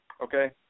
Okay